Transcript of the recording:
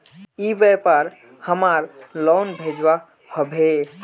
ई व्यापार हमार लोन भेजुआ हभे?